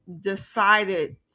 decided